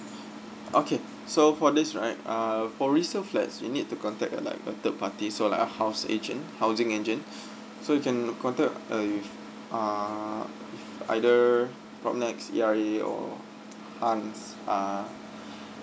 okay so for this right uh for resale flats you need to contact uh like a third party so like a house agent housing agent so you can contact uh err if either portnet E_I_A or hans uh